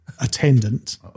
attendant